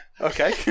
Okay